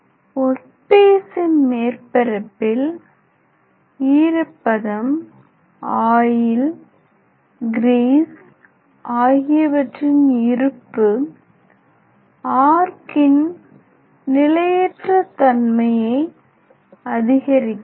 work பீசின் மேற்பரப்பில் ஈரப்பதம் ஆயில் கிரீஸ் ஆகியவற்றின் இருப்பு ஆர்க்கின் நிலையற்ற தன்மையை அதிகரிக்கிறது